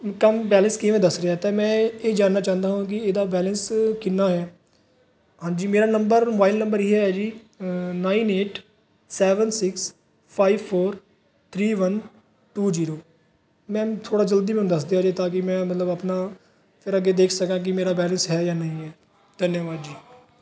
ਕਮ balance ਕਿਵੇਂ ਦੱਸ ਰਹੇ ਮੈਂ ਇਹ ਜਾਣਨਾ ਚਾਹੁੰਦਾ ਹਾਂ ਕਿ ਇਹਦਾ ਬੈਲੈਂਸ ਕਿੰਨਾ ਹੈ ਹਾਂਜੀ ਮੇਰਾ ਨੰਬਰ ਮੋਬਾਇਲ ਨੰਬਰ ਇਹ ਹੈ ਜੀ nine eight seven six five four three one two zero ma'am ਥੋੜ੍ਹਾ ਜਲਦੀ ਮੈਨੂੰ ਦੱਸ ਦਿਆ ਜੇ ਤਾਂ ਕਿ ਮੈਂ ਮਤਲਬ ਆਪਣਾ ਫਿਰ ਅੱਗੇ ਦੇਖ ਸਕਾਂ ਕਿ ਮੇਰਾ ਬੈਲਿੰਸ ਹੈ ਜਾਂ ਨਹੀਂ ਹੈ ਧੰਨਵਾਦ ਜੀ